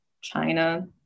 china